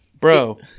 bro